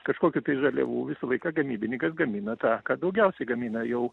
kažkokių tai žaliavų visą laiką gamybininkas gamina tą ką daugiausiai gamina jau